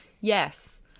Yes